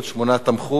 אילן גילאון,